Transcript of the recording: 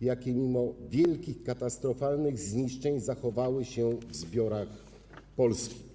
jakie mimo wielkich, katastrofalnych zniszczeń zachowały się w zbiorach polskich.